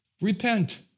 repent